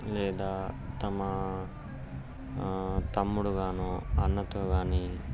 లేదా తమ తమ్ముడు కానీ అన్నతో కానీ